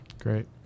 Great